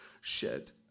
shed